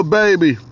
baby